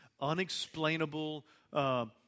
unexplainable